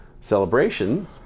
celebration